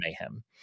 mayhem